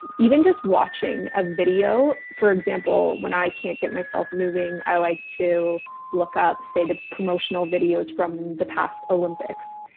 even just watching a video. for example, when i can't get myself moving, i like to look up say the promotional videos from the past olympics.